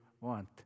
want